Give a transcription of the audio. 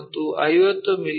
ಮತ್ತು 50 ಮಿ